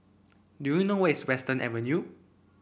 do you know where is Western Avenue